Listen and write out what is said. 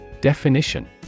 Definition